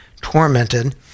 tormented